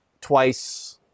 twice